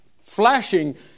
flashing